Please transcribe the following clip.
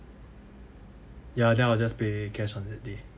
ya then I'll just pay cash on that day